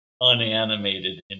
unanimated